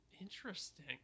Interesting